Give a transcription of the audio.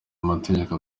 amategeko